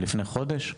לפני חודש?